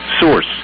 Source